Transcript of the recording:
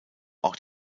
auch